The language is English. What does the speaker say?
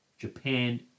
Japan